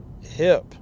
hip